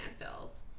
landfills